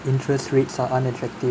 interest rates are unattractive